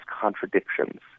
contradictions